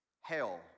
Hell